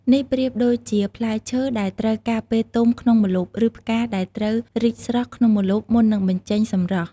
នេះប្រៀបដូចជាផ្លែឈើដែលត្រូវការពេលទុំក្នុងម្លប់ ឬផ្កាដែលត្រូវរីកស្រស់ក្នុងម្លប់មុននឹងបញ្ចេញសម្រស់។